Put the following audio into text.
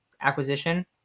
acquisition